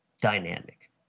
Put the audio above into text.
dynamic